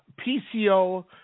PCO